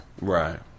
Right